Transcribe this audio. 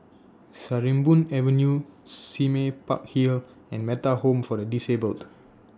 Sarimbun Avenue Sime Park Hill and Metta Home For The Disabled